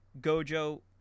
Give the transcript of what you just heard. Gojo